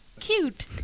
Cute